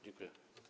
Dziękuję.